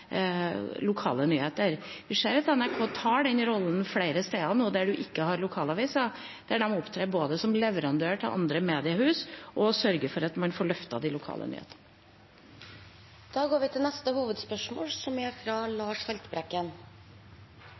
lokale nyheter distribueres. Vi ser at NRK tar den rollen flere steder der man ikke har lokalavis. Der opptrer de både som leverandør til andre mediehus og sørger for at de lokale nyhetene løftes. Da går vi til neste hovedspørsmål.